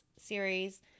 series